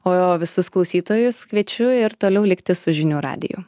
o visus klausytojus kviečiu ir toliau likti su žinių radiju